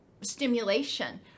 stimulation